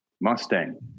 Mustang